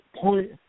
point